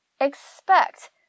Expect